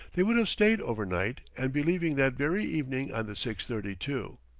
they would have stayed overnight and be leaving that very evening on the six thirty two.